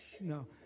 no